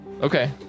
Okay